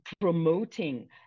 promoting